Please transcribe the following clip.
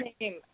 name